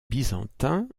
byzantins